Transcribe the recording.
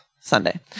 Sunday